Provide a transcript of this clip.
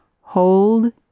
hold